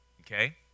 Okay